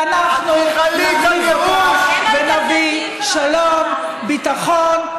ואנחנו נחליף אותה ונביא שלום, ביטחון.